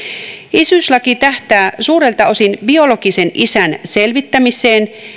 isyyslaki tähtää suurelta osin biologisen isän selvittämiseen